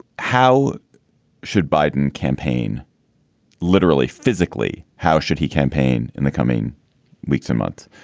how should biden campaign literally physically, how should he campaign in the coming weeks, a month?